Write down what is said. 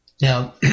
Now